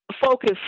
focus